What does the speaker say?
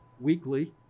weekly